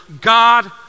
God